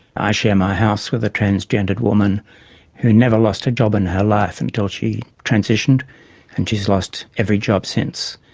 i share my house with a transgendered woman who never lost a job in her life until she transitioned and she's lost every job since.